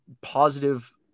positive